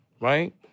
Right